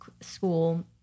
school